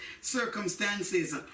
circumstances